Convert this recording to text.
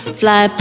fly